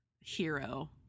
hero